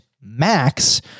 max